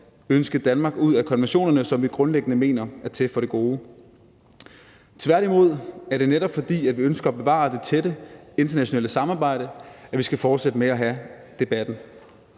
ønske Danmark ud af konventionerne, som vi grundlæggende mener er til for det gode. Tværtimod er det netop, fordi vi ønsker at bevare det tætte internationale samarbejde, at vi skal fortsætte med at have debatten.